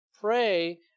Pray